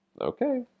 Okay